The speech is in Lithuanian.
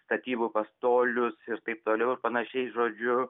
statybų pastolius ir taip toliau ir panašiai žodžiu